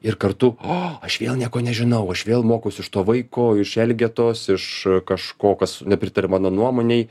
ir kartu o aš vėl nieko nežinau aš vėl mokausi iš to vaiko iš elgetos iš kažko kas nepritaria mano nuomonei